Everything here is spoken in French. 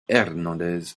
hernández